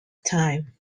time